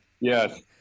Yes